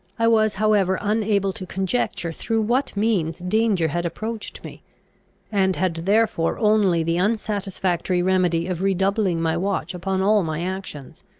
i was however unable to conjecture through what means danger had approached me and had therefore only the unsatisfactory remedy of redoubling my watch upon all my actions.